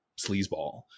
sleazeball